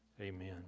amen